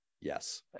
yes